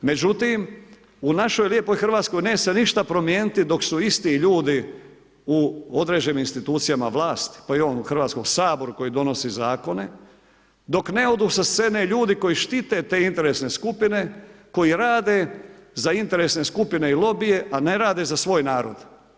Međutim u našoj lijepoj Hrvatskoj neće se ništa promijeniti dok su isti ljudi u određenim institucijama vlasti pa i u ovom Hrvatskom saboru koji donosi zakone, dok ne odu sa scene ljudi koji štite te interesne skupine koji rade za interesne skupine i lobije, a ne rade za svoj narod.